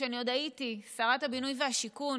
כשעוד הייתי שרת הבינוי והשיכון,